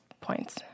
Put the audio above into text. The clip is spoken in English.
points